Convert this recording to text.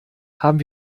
haben